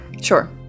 Sure